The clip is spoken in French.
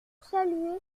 saluer